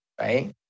right